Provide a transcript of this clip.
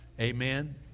Amen